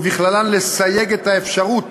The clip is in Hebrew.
ובכללן לסייג את האפשרות